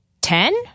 ten